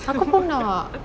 aku pun nak